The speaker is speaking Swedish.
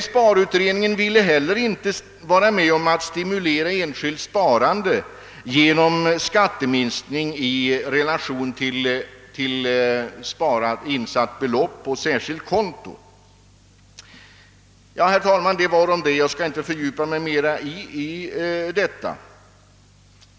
Sparutredningen ville emellertid inte heller vara med om att stimulera enskilt sparande genom skatteminskning i relation till sparat belopp på särskilt konto. Herr talman! Detta om detta.